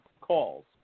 calls